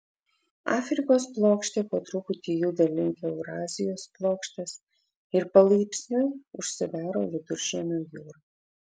afrikos plokštė po truputį juda link eurazijos plokštės ir palaipsniui užsidaro viduržemio jūra